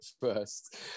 first